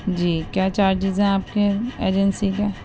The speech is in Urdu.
جی کیا چارجز ہیں آپ کے ایجنسی کے